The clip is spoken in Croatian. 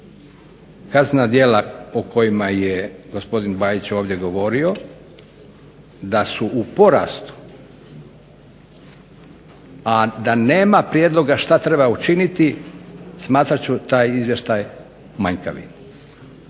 kaznena djela o kojima je gospodin Bajić ovdje govorio da su u porastu, a da nema prijedloga što treba učiniti smatrat ću taj izvještaj manjkavim.